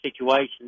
situations